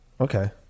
okay